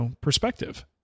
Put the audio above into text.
perspective